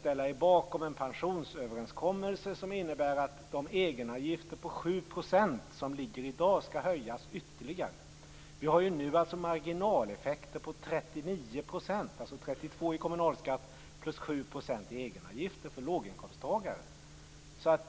ställa er bakom en pensionsöverenskommelse som innebär att de egenavgifter på 7 % som gäller i dag skall höjas ytterligare. Vi har nu marginaleffekter på 39 %, alltså 32 % i kommunalskatt och 7 % i egenavgifter för låginkomsttagare.